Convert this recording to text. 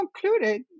concluded